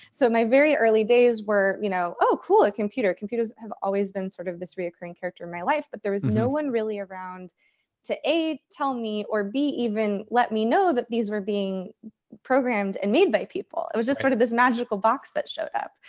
so my very early days were, you know oh cool, a computer. computers have always been sort of this reoccurring character in my life. but there was no one really around to, a, tell me, or b, even let me know that these were being programmed and made by people. it was just sort of this magical box that showed up.